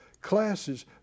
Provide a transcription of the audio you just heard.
classes